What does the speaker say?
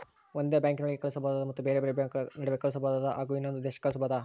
ಒಂದೇ ಬ್ಯಾಂಕಿನೊಳಗೆ ಕಳಿಸಬಹುದಾ ಮತ್ತು ಬೇರೆ ಬೇರೆ ಬ್ಯಾಂಕುಗಳ ನಡುವೆ ಕಳಿಸಬಹುದಾ ಹಾಗೂ ಇನ್ನೊಂದು ದೇಶಕ್ಕೆ ಕಳಿಸಬಹುದಾ?